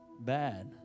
bad